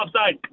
offside